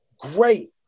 great